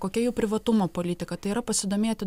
kokia jų privatumo politika tai yra pasidomėti